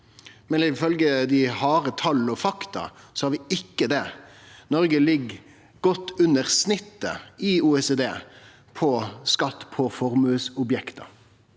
men ifølgje dei harde tal og fakta har vi ikkje det. Noreg ligg godt under snittet i OECD på skatt på formuesobjekt.